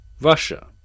Russia